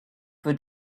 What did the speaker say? for